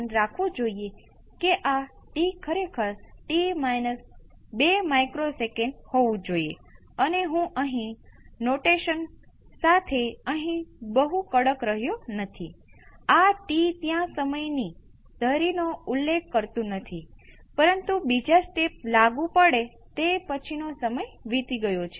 પણ જુઓ કે નેચરલ રિસ્પોન્સ આપણી પાસે t RC છે અને જેમ t અનંત પર જાય છે આ સંખ્યા પણ અનંત પર જાય છે પરંતુ સમગ્ર પ્રતિભાવ 0 પર જાય છે